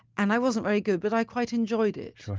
and i wasn't very good, but i quite enjoyed it.